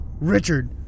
Richard